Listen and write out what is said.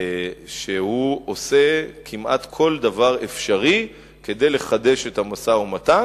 שהוא עושה כמעט כל דבר אפשרי כדי לחדש את המשא-ומתן,